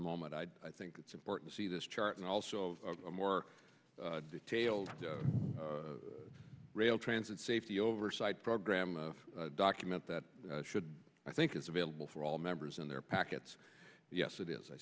the moment i'd i think it's important to see this chart and also a more detailed rail transit safety oversight program document that should i think is available for all members and their packets yes it is i